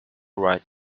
write